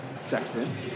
Sexton